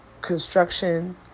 construction